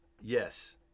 yes